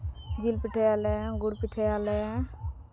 ᱡᱤᱞ ᱯᱤᱴᱷᱟᱹᱭᱟᱞᱮ ᱜᱩᱲ ᱯᱤᱴᱷᱟᱹᱭᱟᱞᱮ